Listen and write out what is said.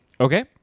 okay